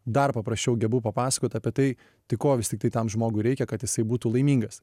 dar paprasčiau gebu papasakot apie tai tai ko vis tiktai tam žmogui reikia kad jisai būtų laimingas